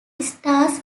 stars